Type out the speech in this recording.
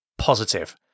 positive